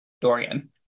Dorian